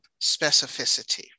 specificity